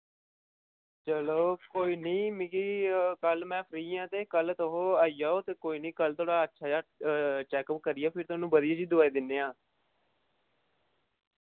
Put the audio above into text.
चलो कोई निं मिगी कल मैं फ्री आं ते कल तुस आई जाओ ते कोई निं कल थुआढ़ा अच्छा देआ चैक अप करियै फिर थुहानू बधिया जेही दवाई दिन्ने आं